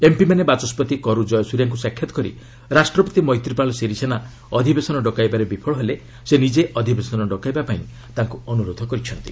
ଏମ୍ପିମାନେ ବାଚସ୍ୱତି କରୁ ଜୟସ୍ରିଆଙ୍କୁ ସାକ୍ଷାତ୍ କରି ରାଷ୍ଟ୍ରପତି ମୈତ୍ରୀପାଳ ସିରିସେନା ଅଧିବେଶନ ଡକାଇବାରେ ବିଫଳ ହେଲେ ସେ ନିଜେ ଅଧିବେଶନ ଡକାଇବାପାଇଁ ତାଙ୍କୁ ଅନୁରୋଧ କରିଛନ୍ତି